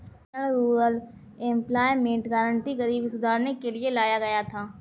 national rural employment guarantee गरीबी सुधारने के लिए लाया गया था